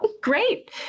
great